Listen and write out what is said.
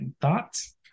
Thoughts